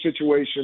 situation